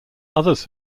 others